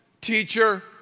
teacher